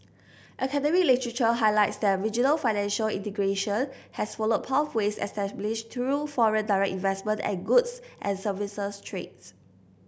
academic literature highlights that regional financial integration has followed pathways established through foreign direct investment and goods and services trades